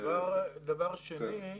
דבר שני.